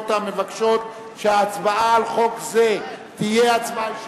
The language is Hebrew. המבקשות שההצבעה על חוק זה תהיה הצבעה אישית,